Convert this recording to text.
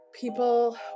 people